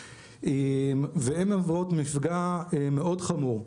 והן מהוות מפגע מאוד חמור.